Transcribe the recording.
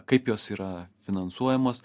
kaip jos yra finansuojamos